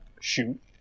shoot